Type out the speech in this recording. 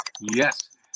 Yes